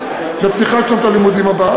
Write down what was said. בפתיחת שנת הלימודים הבאה.